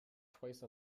twice